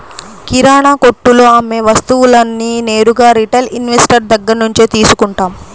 కిరణాకొట్టులో అమ్మే వస్తువులన్నీ నేరుగా రిటైల్ ఇన్వెస్టర్ దగ్గర్నుంచే తీసుకుంటాం